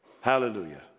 Hallelujah